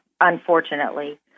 unfortunately